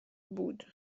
بود